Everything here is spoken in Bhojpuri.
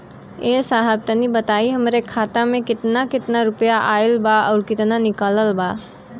ए साहब तनि बताई हमरे खाता मे कितना केतना रुपया आईल बा अउर कितना निकलल बा?